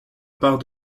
part